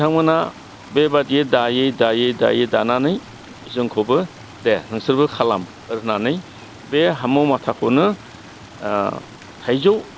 बिथांमोना बेबायदि दायै दायै दायै दानानै जोंखौबो दे नोंसोरबो खालाम ओरै होन्नानै बे हामा माथाखौनो थाइजौ